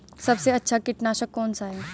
सबसे अच्छा कीटनाशक कौन सा है?